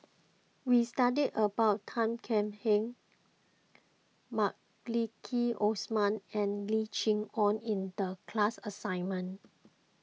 we studied about Tan Thuan Heng Maliki Osman and Lim Chee Onn in the class assignment